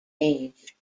age